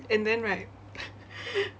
and then right